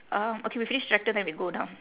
um okay we finish tractor then we go down